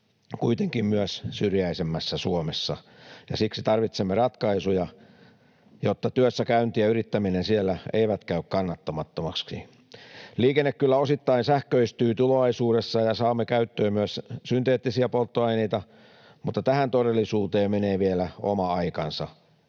kuitenkin myös syrjäisemmässä Suomessa, ja siksi tarvitsemme ratkaisuja, jotta työssäkäynti ja yrittäminen siellä eivät käy kannattamattomiksi. Liikenne kyllä osittain sähköistyy tulevaisuudessa ja saamme käyttöön myös synteettisiä polttoaineita, mutta tähän todellisuuteen menee vielä oma aikansa.